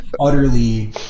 utterly